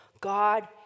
God